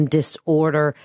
disorder